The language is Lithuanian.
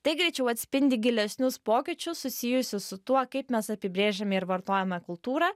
tai greičiau atspindi gilesnius pokyčius susijusius su tuo kaip mes apibrėžiame ir vartojame kultūrą